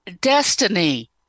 Destiny